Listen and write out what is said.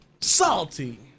Salty